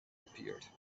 appeared